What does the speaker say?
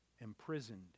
imprisoned